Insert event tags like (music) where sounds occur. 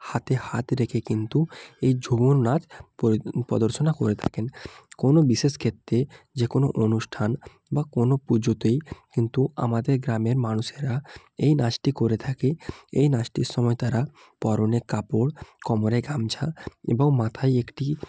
হাতে হাত রেখে কিন্তু এই ঝুমুর নাচ (unintelligible) প্রদর্শন করে থাকেন কোনও বিশেষ ক্ষেত্রে যে কোনও অনুষ্ঠান বা কোনও পুজোতেই কিন্তু আমাদের গ্রামের মানুষেরা এই নাচটি করে থাকে এই নাচটির সময় তারা পরনে কাপড় কোমরে গামছা এবং মাথায় একটি